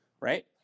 right